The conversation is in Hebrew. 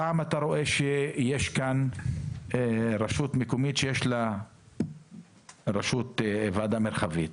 פעם אתה רואה שיש כאן רשות מקומית שיש לה ועדה מרחבית,